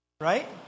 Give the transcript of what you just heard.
Right